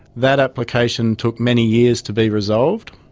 that application took many years to be resolved.